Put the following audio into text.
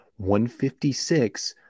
156